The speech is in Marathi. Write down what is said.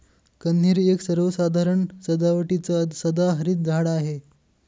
कन्हेरी एक सर्वसाधारण सजावटीचं सदाहरित झाड आहे